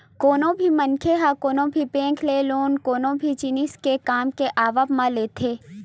कोनो भी मनखे ह कोनो भी बेंक ले लोन कोनो भी जिनिस के काम के आवब म लेथे